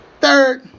third